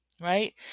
right